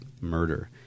murder